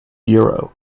euro